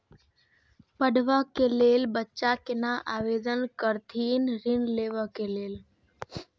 पढ़वा कै लैल बच्चा कैना आवेदन करथिन ऋण लेवा के लेल?